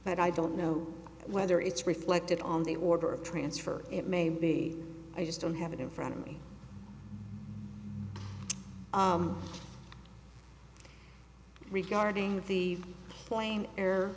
but i don't know whether it's reflected on the order of transfer it may be i just don't have it in front of me regarding the plan